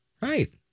Right